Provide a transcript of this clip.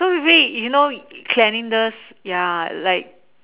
so maybe you know cleanliness ya like